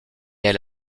elle